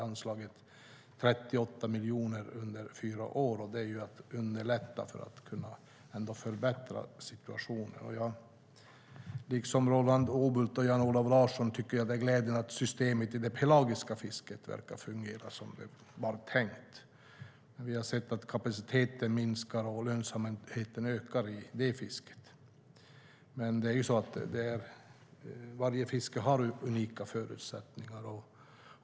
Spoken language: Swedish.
Anslaget är 38 miljoner under fyra år, och det är för att underlätta och förbättra situationen. Jag tycker liksom Roland Utbult och Jan-Olov Larsson att det är glädjande att systemet i det pelagiska fisket verkar fungera som det var tänkt. Vi har sett att kapaciteten minskar och lönsamheten ökar i det fisket. Men varje fiske har unika förutsättningar.